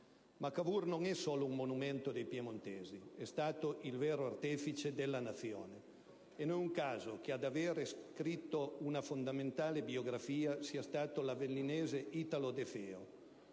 Ma Cavour non è solo un monumento dei piemontesi: è stato il vero artefice della Nazione e non è un caso che ad averne scritto una fondamentale biografia sia stato l'avellinese Italo De Feo.